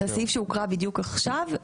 הסעיף שהוקרא בדיוק עכשיו,